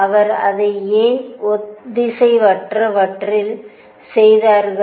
அவர் அதை ஏன் ஒத்திசைவற்ற வற்றில் செய்தார்கள்